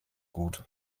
gut